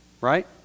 Right